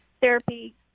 therapy